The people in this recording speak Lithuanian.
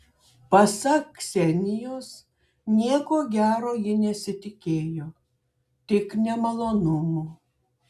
pasak ksenijos nieko gero ji nesitikėjo tik nemalonumų